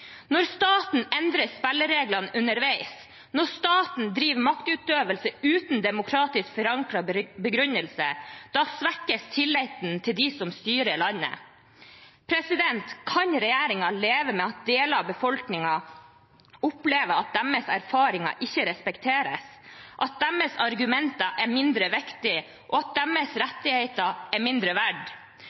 Når staten endrer spillereglene underveis, når staten driver maktutøvelse uten demokratisk forankret begrunnelse, svekkes tilliten til dem som styrer landet. Kan regjeringen leve med at deler av befolkningen opplever at deres erfaringer ikke respekteres, at deres argumenter er mindre viktig, og at deres rettigheter er mindre verd?